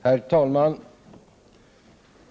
Herr talman!